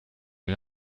mes